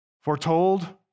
foretold